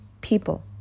people